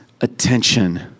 attention